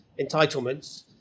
entitlements